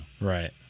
Right